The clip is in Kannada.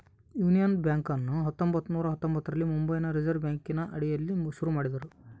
ಯೂನಿಯನ್ ಬ್ಯಾಂಕನ್ನು ಹತ್ತೊಂಭತ್ತು ನೂರ ಹತ್ತೊಂಭತ್ತರಲ್ಲಿ ಮುಂಬೈನಲ್ಲಿ ರಿಸೆರ್ವೆ ಬ್ಯಾಂಕಿನ ಅಡಿಯಲ್ಲಿ ಶುರು ಮಾಡಿದರು